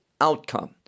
outcome